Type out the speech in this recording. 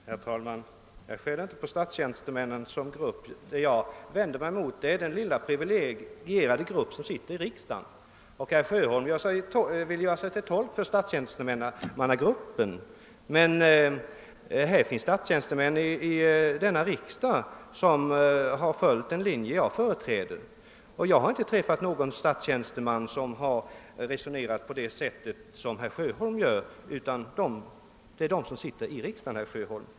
Herr talman! Jag skäller inte på statstjänstemännen som grupp. Det jag vänder mig mot är den lilla privilegierade grupp som sitter i riksdagen. Herr Sjö hoim vill göra sig till tolk för statstjänstemannagruppen. Men här finns statstjänstemän i denna riksdag, som har följt den linje jag företräder. Jag har inte träffat någon statstjänsteman utanför riksdagsmannakretsen som har resonerat på det sätt som herr Sjöholm gör. Här gäller det de statstjänstemän som sitter i riksdagen.